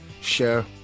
share